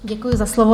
Děkuji za slovo.